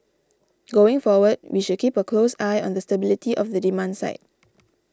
going forward we should keep a close eye on the stability of the demand side